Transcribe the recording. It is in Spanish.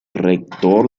rector